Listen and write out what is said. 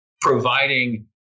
providing